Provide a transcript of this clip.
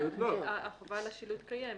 החובה על השילוט קיימת.